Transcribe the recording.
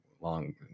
long